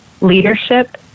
leadership